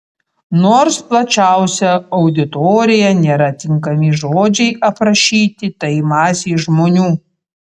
nors plačiausia auditorija nėra tinkami žodžiai aprašyti tai masei žmonių